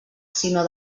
sinó